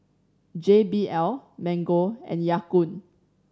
J B L Mango and Ya Kun